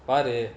but uh